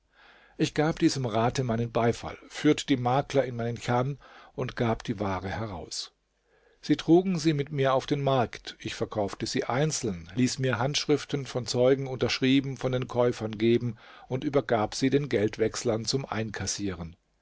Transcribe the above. ich gab diesem rate meinen beifall führte die makler in meinen chan und gab die ware heraus sie trugen sie mit mir auf den markt ich verkaufte sie einzeln ließ mir handschriften von zeugen unterschrieben von den käufern geben und übergab sie den geldwechslern zum einkassieren